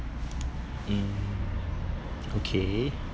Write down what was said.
um okay